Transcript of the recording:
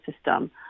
system